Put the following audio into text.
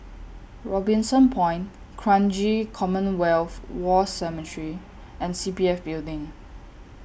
Robinson Point Kranji Commonwealth War Cemetery and C P F Building